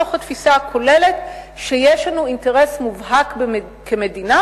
עליהם מתוך התפיסה הכוללת שיש לנו אינטרס מובהק כמדינה